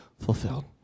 fulfilled